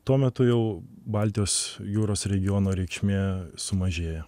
tuo metu jau baltijos jūros regiono reikšmė sumažėja